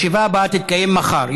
הישיבה הבאה תתקיים מחר,